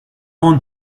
own